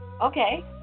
Okay